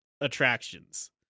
attractions